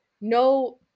no